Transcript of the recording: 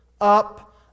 up